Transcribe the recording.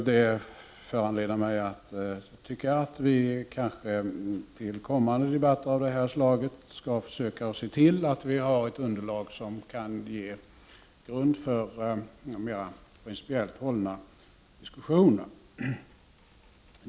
Det föranleder mig att säga att vi vid kommande debatter av det här slaget skall försöka se till att vi har ett underlag som kan ge grund för mera principiellt hållna diskussioner.